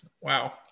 Wow